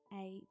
eight